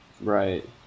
right